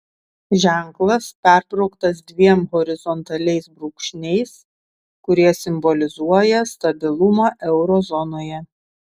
ženklas perbrauktas dviem horizontaliais brūkšniais kurie simbolizuoja stabilumą euro zonoje